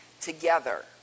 together